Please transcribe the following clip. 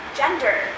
gender